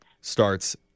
starts